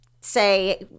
say